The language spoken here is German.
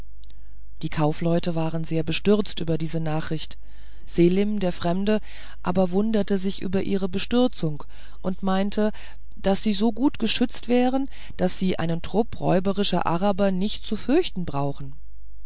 die kaufleute waren sehr bestürzt über diese nachricht selim der fremde aber wunderte sich über ihre bestürzung und meinte daß sie so gut geschützt wären daß sie einen trupp räuberischer araber nicht zu fürchten brauchen